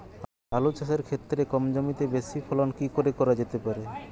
আলু চাষের ক্ষেত্রে কম জমিতে বেশি ফলন কি করে করা যেতে পারে?